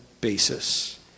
basis